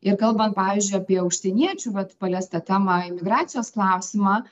ir kalbant pavyzdžiui apie užsieniečių vat paliestą temą imigracijos klausimą